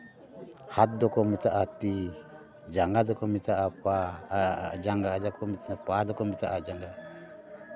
ᱦᱟᱛ ᱫᱚᱠᱚ ᱢᱮᱛᱟᱜᱼᱟ ᱛᱤ ᱡᱟᱝᱜᱟ ᱫᱚᱠᱚ ᱢᱮᱛᱟᱜᱼᱟ ᱯᱟ ᱟᱨ ᱡᱟᱝᱜᱟ ᱫᱚᱠᱚ ᱢᱮᱛᱟᱜᱼᱟ ᱯᱟ ᱫᱚᱠᱚ ᱢᱮᱛᱟᱜᱼᱟ ᱡᱟᱝᱜᱟ